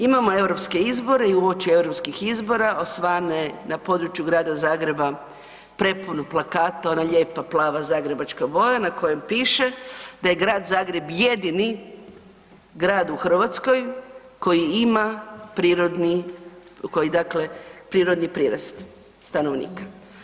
Imamo europske izbore i uoči europskih izbora osvane na području Grada Zagreba, prepun plakata, ona lijepa plava zagrebačka boja na kojem piše da je Grad Zagreb jedini grad u Hrvatskoj koji ima prirodni, koji dakle prirodni prirast stanovnika.